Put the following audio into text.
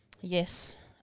Yes